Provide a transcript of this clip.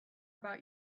about